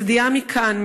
אני מצדיעה מכאן,